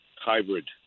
hybrid